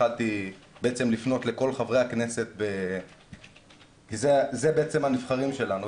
התחלתי לפנות לכל חברי הכנסת כי הם בעצם הנבחרים שלנו,